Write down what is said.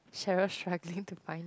Cheryl struggling to find